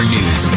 News